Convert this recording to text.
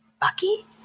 Bucky